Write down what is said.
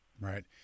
right